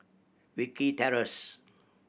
Wilkie Terrace